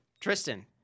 Tristan